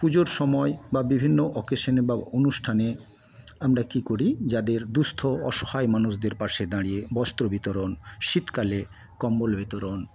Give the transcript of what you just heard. পুজোর সময় বা বিভিন্ন অকেশনে বা অনুষ্ঠানে আমরা কি করি যাদের দুঃস্থ অসহায় মানুষদের পাশে দাঁড়িয়ে বস্ত্র বিতরণ শীতকালে কম্বল বিতরণ